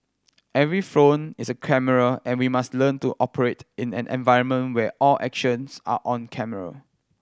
every phone is a camera and we must learn to operate in an environment where all actions are on camera